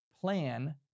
plan